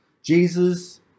Jesus